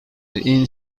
این